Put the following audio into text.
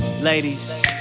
Ladies